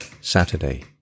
Saturday